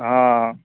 हँ